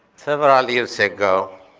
several years ago,